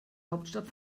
hauptstadt